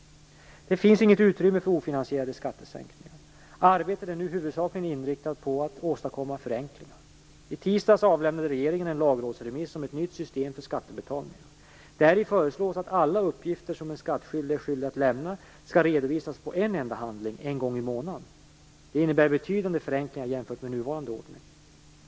Det finns inget utrymme för ofinansierade skattesänkningar. Arbetet är nu huvudsakligen inriktat på att åstadkomma förenklingar. I tisdags avlämnade regeringen en lagrådsremiss om ett nytt system för skattebetalningar. Däri föreslås att alla uppgifter som en skattskyldig är skyldig att lämna skall redovisas på en enda handling en gång i månaden. Det innebär betydande förenklingar jämfört med nuvarande ordning.